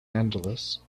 angeles